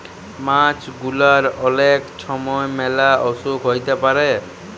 মাছ গুলার অলেক ছময় ম্যালা অসুখ হ্যইতে পারে